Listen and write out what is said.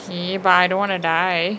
K but I don't want to die